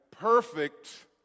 Perfect